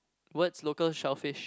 words local selfish